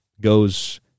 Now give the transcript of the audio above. goes